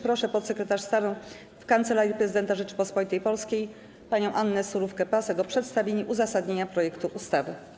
Proszę podsekretarz stanu w Kancelarii Prezydenta Rzeczypospolitej Polskiej panią Annę Surówkę-Pasek o przedstawienie uzasadnienia projektu ustawy.